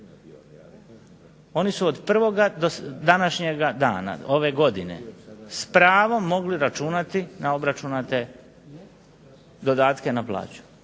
oni su od 1. do današnjega dana ove godine s pravom mogli računati na obračunate dodatke na plaću.